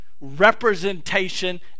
representation